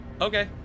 Okay